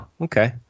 okay